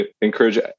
encourage